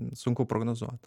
sunku prognozuot